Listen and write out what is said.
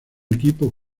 equipo